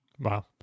Wow